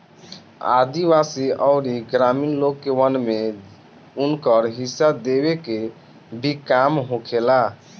आदिवासी अउरी ग्रामीण लोग के वन में उनकर हिस्सा देवे के भी काम होखेला